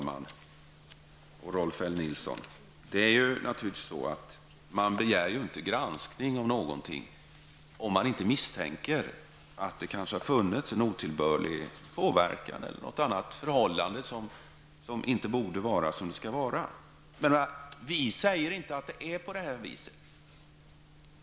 Herr talman! Man begär inte en granskning av något, Rolf L Nilson, om man inte misstänker att det har funnits en otillbörlig påverkan eller något annat som inte borde ha skett. Vi säger inte att det har varit så.